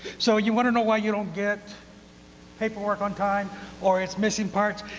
so you want to know why you don't get paperwork on time or it's missing parts?